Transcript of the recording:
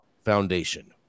foundation